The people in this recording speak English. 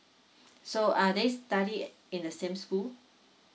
so are they study in the same school